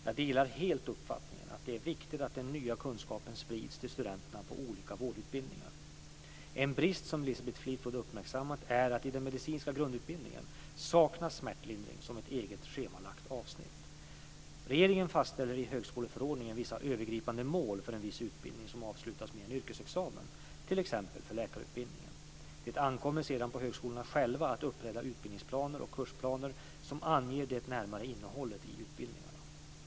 Jag delar helt uppfattningen att det är viktigt att den nya kunskapen sprids till studenterna på olika vårdutbildningar. En brist som Elisabeth Fleetwood uppmärksammat är att det i den medicinska grundutbildningen saknas smärtlindring som ett eget schemalagt avsnitt. Regeringen fastställer i högskoleförordningen vissa övergripande mål för en viss utbildning som avslutas med en yrkesexamen, t.ex. för läkarutbildningen. Det ankommer sedan på högskolorna själva att upprätta utbildningsplaner och kursplaner som anger det närmare innehållet i utbildningarna.